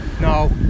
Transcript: No